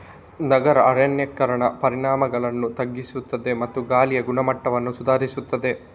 ನಗರ ಅರಣ್ಯೀಕರಣ ಪರಿಣಾಮಗಳನ್ನು ತಗ್ಗಿಸುತ್ತದೆ ಮತ್ತು ಗಾಳಿಯ ಗುಣಮಟ್ಟವನ್ನು ಸುಧಾರಿಸುತ್ತದೆ